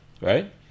Right